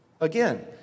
again